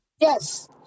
Yes